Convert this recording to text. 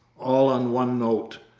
all on one note.